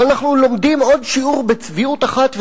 אבל אנחנו לומדים עוד שיעור בצביעות אחת,